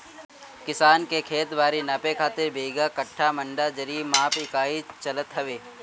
किसान के खेत बारी नापे खातिर बीघा, कठ्ठा, मंडा, जरी माप इकाई चलत हवे